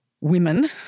women